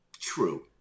True